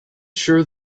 sure